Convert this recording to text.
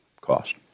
cost